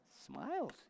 Smiles